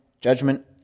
judgment